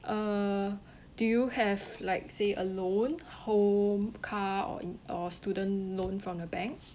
uh do you have like say a loan home car or an or student loan from the bank